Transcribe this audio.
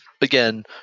Again